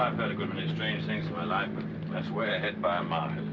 good many strange things in my life, but that's way ahead by a